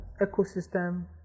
ecosystem